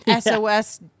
SOS